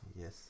Yes